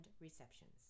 receptions